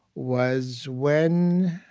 was when